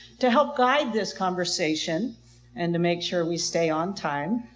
to help guide this conversation and to make sure we stay on time,